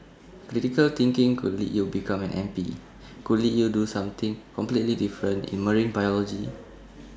critical thinking could lead you become an M P could lead you do something completely different in marine biology